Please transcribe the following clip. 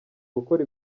gukora